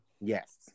Yes